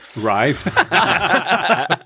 Right